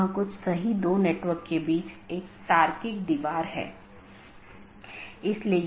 इसलिए उनके बीच सही तालमेल होना चाहिए